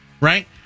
right